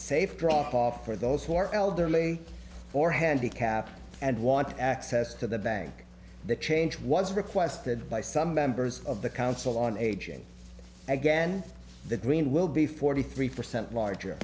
safe drop off for those who are elderly or handicapped and want access to the bank that change was requested by some members of the council on aging again the green will be forty three percent larger